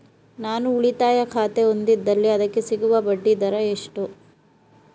ನಾನು ಉಳಿತಾಯ ಖಾತೆ ಹೊಂದಿದ್ದಲ್ಲಿ ಅದಕ್ಕೆ ಸಿಗುವ ಬಡ್ಡಿ ದರ ಎಷ್ಟು?